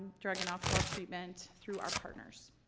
drug and alcohol treatment through our partners.